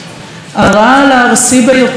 "הרעל הארסי ביותר,